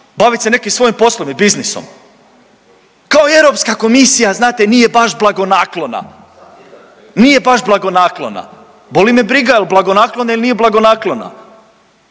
bavit se nekim svojim poslom i biznisom. Kao Europska komisija znate nije baš blagonaklona, nije baš blagonaklona. Boli me briga je li blagonaklona ili nije blagonaklona.